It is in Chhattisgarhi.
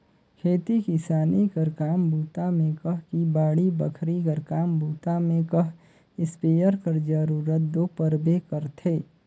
खेती किसानी कर काम बूता मे कह कि बाड़ी बखरी कर काम बूता मे कह इस्पेयर कर जरूरत दो परबे करथे